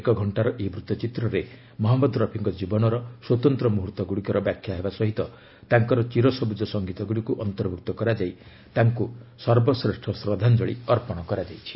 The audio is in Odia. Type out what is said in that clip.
ଏକ ଘକ୍ଷାର ଏହି ବୃତ୍ତଚିତ୍ରରେ ମହଞ୍ମଦ୍ ରଫିଙ୍କ କୀବନର ସ୍ୱତନ୍ତ୍ର ମୁହର୍ତ୍ତଗୁଡ଼ିକର ବ୍ୟାଖ୍ୟା ହେବା ସହ ତାଙ୍କର ଚିରସବୁଜ ସଂଗୀତଗୁଡ଼ିକୁ ଅନ୍ତର୍ଭୁକ୍ତ କରାଯାଇ ତାଙ୍କୁ ଶ୍ରଦ୍ଧାଞ୍ଜଳୀ ଅର୍ପଣ କରାଯାଇଛି